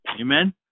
Amen